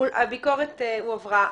הביקורת הועברה.